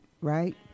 right